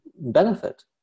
benefit